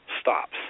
stops